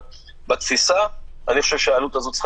אבל בתפיסה אני חושב שהעלות הזאת צריכה